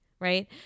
right